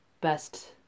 best